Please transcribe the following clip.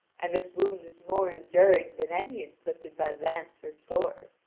and this wound is more enduring than any inflicted by lance or sword.